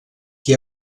qui